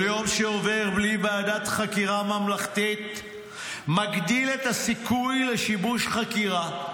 כל יום שעובר בלי ועדת חקירה ממלכתית מגדיל את הסיכוי לשיבוש חקירה,